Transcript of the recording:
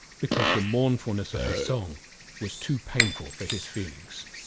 because the mournfulness of her song was too painful for his feelings.